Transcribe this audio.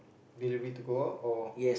delivery to go out or